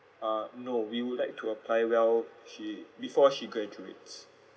uh no we would like to apply well she before she graduates